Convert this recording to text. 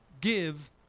give